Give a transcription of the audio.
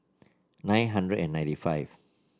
nine hundred and ninety five